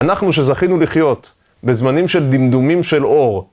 אנחנו שזכינו לחיות בזמנים של דמדומים של אור.